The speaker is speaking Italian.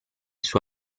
suo